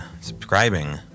subscribing